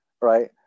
Right